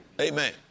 Amen